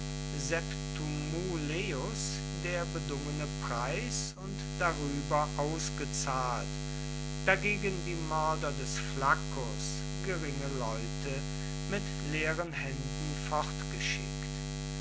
septumuleius der bedungene preis und darüber ausgezahlt dagegen die mörder des flaccus geringe leute mit leeren händen